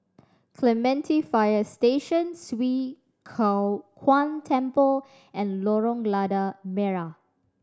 Clementi Fire Station Swee Kow Kuan Temple and Lorong Lada Merah